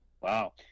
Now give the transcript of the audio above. Wow